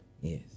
Yes